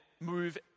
move